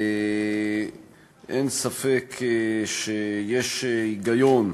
אין ספק שיש היגיון,